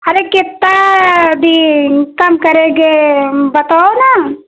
अरे कितना दी कम करेंगे बताओ न